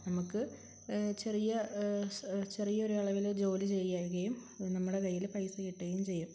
നമുക്ക് ചെറിയ ചെറിയൊരളവില് ജോലി ചെയ്യുകയും നമ്മുടെ കയ്യില് പൈസ കിട്ടുകയും ചെയ്യും